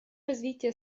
развития